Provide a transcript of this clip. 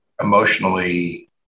emotionally